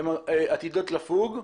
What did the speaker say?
הן עתידות לפוג.